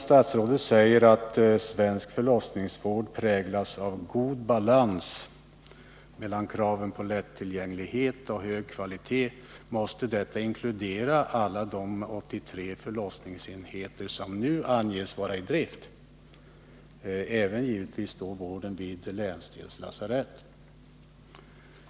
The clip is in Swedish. Statsrådet säger att svensk förlossningsvård präglas av god balans mellan kraven på lättillgänglighet och hög kvalitet, och då måste hon i detta inkludera alla de 83 förlossningsenheter som nu anges vara i drift och givetvis även vården vid länsdelslasaretten.